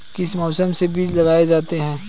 किस मौसम में बीज लगाए जाते हैं?